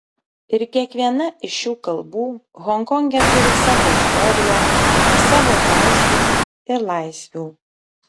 ir kiekviena iš šių kalbų honkonge turi savo istoriją savo teisių ir laisvių